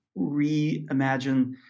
reimagine